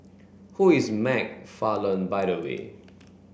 who is McFarland by the way